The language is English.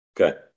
Okay